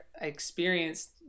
experienced